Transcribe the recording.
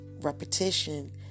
repetition